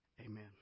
amen